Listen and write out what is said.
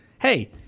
hey